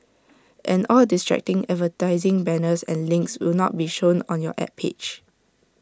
and all distracting advertising banners and links will not be shown on your Ad page